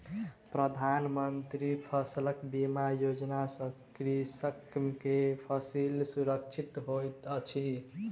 प्रधान मंत्री फसल बीमा योजना सॅ कृषक के फसिल सुरक्षित होइत अछि